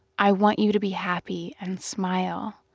i want you to be happy and smile.